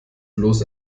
bloß